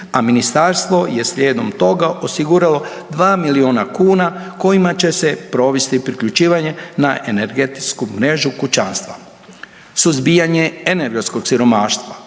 a ministarstvo je slijedom toga osiguralo 2 milijuna kuna kojima će se provesti priključivanje na energetsku mrežu kućanstva. Suzbijanje energetskog siromaštva